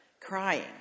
crying